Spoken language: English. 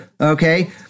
Okay